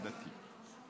דתי.